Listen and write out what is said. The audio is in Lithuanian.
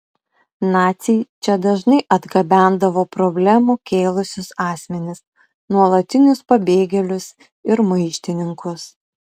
naciai čia dažnai atgabendavo problemų kėlusius asmenis nuolatinius pabėgėlius ir maištininkus